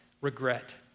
regret